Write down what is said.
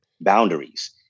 boundaries